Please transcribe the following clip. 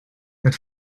that